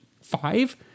five